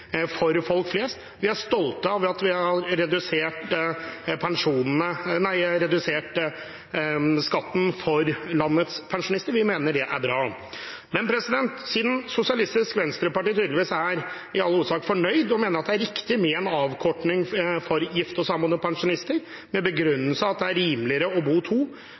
for folk flest, og vi er stolte av at vi har redusert skatten for landets pensjonister. Vi mener det er bra. Men siden SV tydeligvis i all hovedsak er fornøyd og mener det er riktig med en avkortning for gifte og samboende pensjonister med begrunnelsen at det er rimeligere å bo to